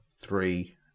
three